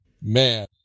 Man